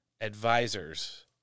advisors